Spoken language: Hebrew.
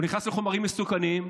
הוא נכנס לחומרים מסוכנים,